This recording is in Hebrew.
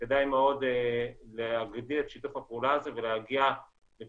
כדאי מאוד להגביר את שיתוף הפעולה הזה ולהגיע לפתרונות